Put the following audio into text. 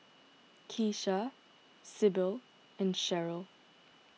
Keesha Sybil and Sherryl